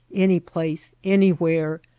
any place, anywhere,